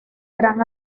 gran